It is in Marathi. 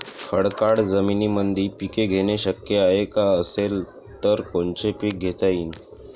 खडकाळ जमीनीमंदी पिके घेणे शक्य हाये का? असेल तर कोनचे पीक घेता येईन?